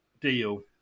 deal